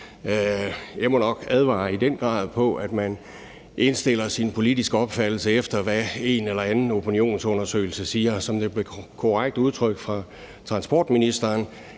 Jeg må nok advare i den grad mod, at man indstiller sin politiske opfattelse efter, hvad en eller anden opinionsundersøgelse siger. Som det blev korrekt udtrykt af transportministeren,